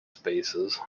spaces